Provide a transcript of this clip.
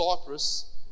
Cyprus